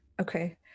okay